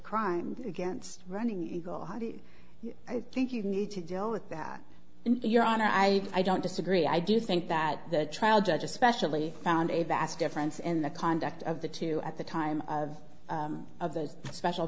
crime against running a go heidi i think you need to deal with that in your honor i i don't disagree i do think that the trial judge especially found a vast difference in the conduct of the two at the time of of the special